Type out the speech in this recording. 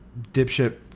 dipshit